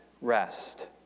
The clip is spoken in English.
rest